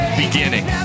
beginning